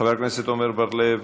חבר הכנסת עמר בר-לב,